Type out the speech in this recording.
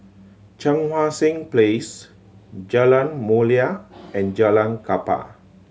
Cheang Wan Seng Place Jalan Mulia and Jalan Kapal